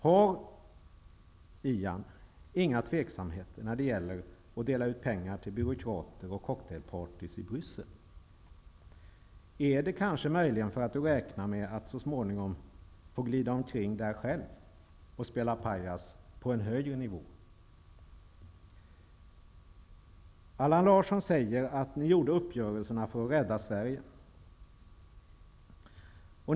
Hyser Ian Wachtmeister ingen tvekan när det gäller att dela ut pengar till byråkrater och cocktailpartyn i Bryssel? Räknar han möjligen med att så småningom få glida omkring där själv och spela pajas på en högre nivå? Allan Larsson säger att ni gjorde uppgörelserna för att rädda Sverige.